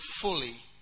fully